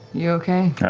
you okay?